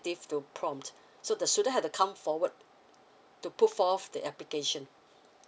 to prompt so the student have to come forward to put forth the application